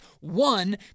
One